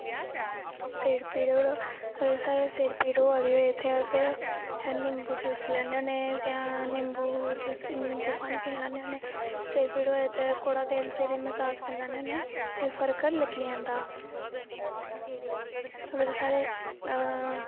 साढ़े सिर पीड़ होआ दी होऐ ते अस निम्बू चूसी लैन्ने होन्ने निम्बू पानी पी लैन्ने होन्ने सिर पीड़ होऐ ते कौड़ा तेल सिरे गा मसाज़ करी लैन्ने होन्ने ते फर्क लग्गी जंदा अगर साढ़े